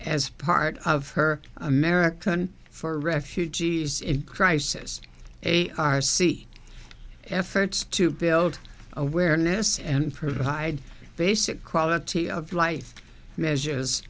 as part of her american for refugees in crisis a r c efforts to build awareness and provide basic quality of life measures